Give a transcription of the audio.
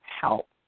help